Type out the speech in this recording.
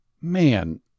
Man